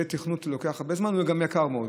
זה תכנות שלוקח הרבה זמן וגם יקר מאוד,